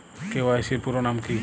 KYC এর পুরোনাম কী?